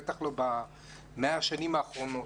בטח לא ב-100 השנים האחרונות.